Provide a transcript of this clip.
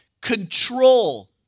control